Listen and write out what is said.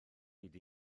hyd